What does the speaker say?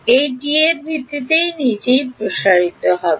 এই T এর ভিত্তিতে নিজেই প্রসারিত হবে